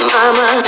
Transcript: Mama